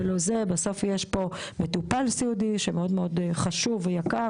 בסוף יש פה מטופל סיעודי שמאוד חשוב ויקר